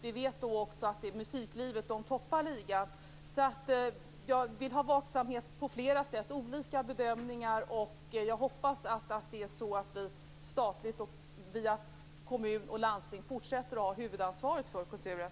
Vi vet att det är musiklivet som toppar ligan. Jag vill ha vaksamhet på flera sätt, olika bedömningar. Jag hoppas att det är så att staten via landsting och kommuner fortsätter att ha huvudansvaret för kulturen.